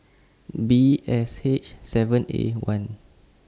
B S H seven A one